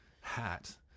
hat